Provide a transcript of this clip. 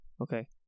Okay